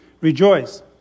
Rejoice